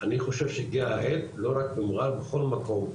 אני חושב שהגיעה העת לא רק במע'אר בכל מקום,